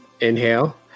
Inhale